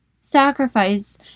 Sacrifice